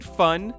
fun